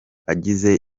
agize